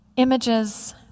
Images